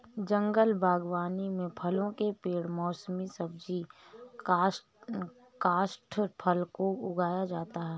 जंगल बागवानी में फलों के पेड़ मौसमी सब्जी काष्ठफल को उगाया जाता है